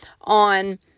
on